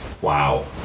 Wow